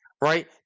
right